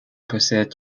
possède